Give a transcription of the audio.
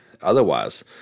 otherwise